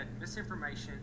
misinformation